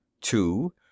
two